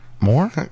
more